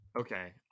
Okay